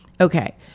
Okay